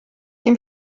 dem